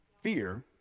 fear